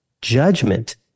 Judgment